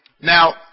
Now